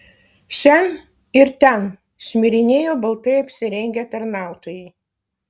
šen ir ten šmirinėjo baltai apsirengę tarnautojai